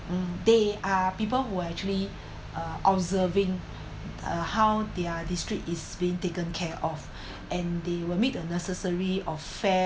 um they are people who are actually uh observing how their district is being taken care of and they will make the necessary of fair